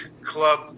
club